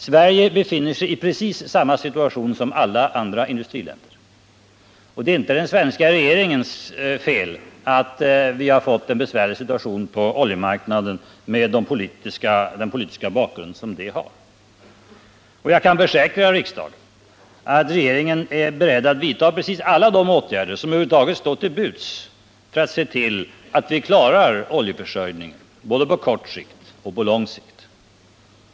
Sverige befinner sig i precis samma situation som alla andra industriländer. Det är inte den svenska regeringens fel att vi har fått en besvärlig situation på oljemarknaden med den politiska bakgrund som den situationen har. Jag kan försäkra riksdagen att regeringen är beredd att vidta precis alla de åtgärder som över huvud taget står till buds för att se till att vi klarar oljeförsörjningen både på kort sikt och på lång sikt.